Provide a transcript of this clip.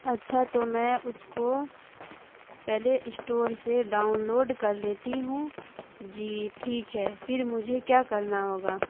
اچھا تو میں اس کو پلے اسٹور سے ڈاؤن لوڈ کر لیتی ہوں جی ٹھیک ہے پھر مجھے کیا کرنا ہوگا